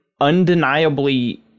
undeniably